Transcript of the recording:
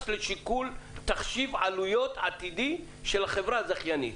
לשיקול תחשיב עלויות עתידי של החברה הזכיינית,